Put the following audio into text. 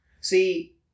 See